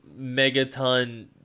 megaton